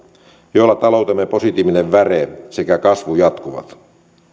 joilla taloutemme positiivinen väre sekä kasvu jatkuvat